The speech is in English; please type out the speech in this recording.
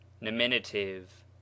nominative